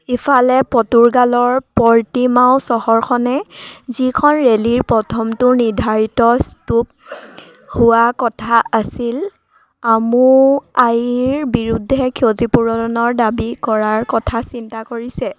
ইফালে পৰ্তুগালৰ পৰ্টিমাও চহৰখনে যিখন ৰেলীৰ প্ৰথমটো নিৰ্ধাৰিত ষ্টপ হোৱা কথা আছিল আমুয়াৰীৰ বিৰুদ্ধে ক্ষতিপূৰণৰ দাবী কৰাৰ কথা চিন্তা কৰিছে